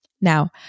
Now